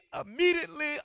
immediately